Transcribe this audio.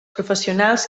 professionals